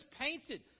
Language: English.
painted